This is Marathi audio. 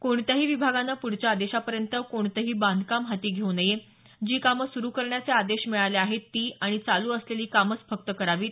कोणत्याही विभागांनं प्ढच्या आदेशापर्यंत कोणतंही बांधकाम हाती घेऊ नये जी कामं सुरु करण्याचे आदेश मिळाले आहेत ती आणि चालू असलेली कामच फक्त करावीत